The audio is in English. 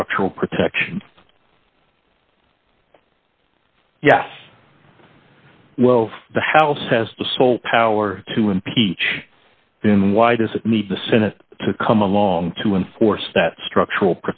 structural protection yes well of the house has the sole power to impeach then why does it need the senate to come along to enforce that structural